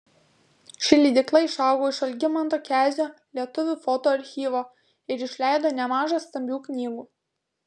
ši leidykla išaugo iš algimanto kezio lietuvių foto archyvo ir išleido nemaža stambių knygų